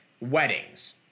weddings